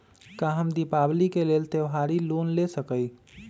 का हम दीपावली के लेल त्योहारी लोन ले सकई?